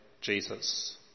Jesus